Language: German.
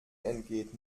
entgeht